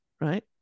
right